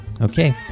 okay